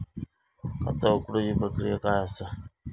खाता उघडुची प्रक्रिया काय असा?